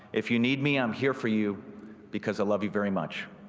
if you need me, i'm here for you because i love you very much.